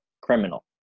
criminal